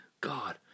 God